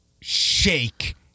shake